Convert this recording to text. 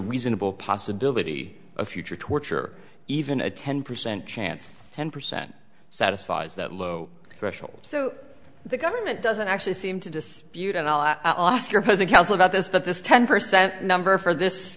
reasonable possibility of future torture even a ten percent chance ten percent satisfies that low threshold so the government doesn't actually seem to dispute and i'll ask your present counsel about this but this ten percent number for this